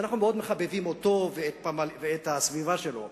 שאנחנו מאוד מחבבים אותו ואת הסביבה שלו,